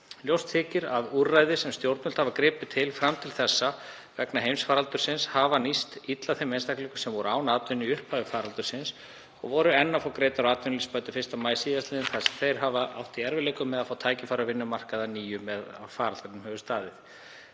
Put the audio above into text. Ljóst þykir að þau úrræði sem stjórnvöld hafa gripið til fram til þessa vegna heimsfaraldurs kórónuveirunnar hafa nýst illa þeim einstaklingum sem voru án atvinnu í upphafi faraldursins og voru enn að fá greiddar atvinnuleysisbætur 1. maí síðastliðinn þar sem þeir hafa átt í erfiðleikum með að fá tækifæri á vinnumarkaði að nýju meðan á faraldrinum hefur staðið.